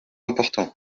important